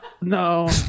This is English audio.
No